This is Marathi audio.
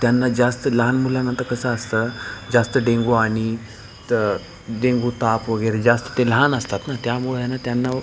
त्यांना जास्त लहान मुलांना तर कसं असतं जास्त डेंगू आणि तर डेंगू ताप वगैरे जास्त ते लहान असतात नं त्यामुळे आहे नं त्यांना व्